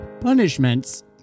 punishments